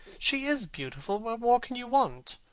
she is beautiful. what more can you want?